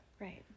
Right